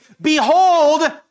behold